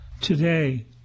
today